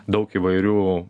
daug įvairių